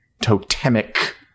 totemic